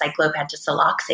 cyclopentasiloxane